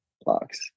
blocks